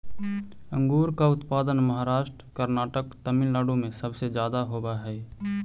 अंगूर का उत्पादन महाराष्ट्र, कर्नाटक, तमिलनाडु में सबसे ज्यादा होवअ हई